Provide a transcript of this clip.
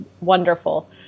wonderful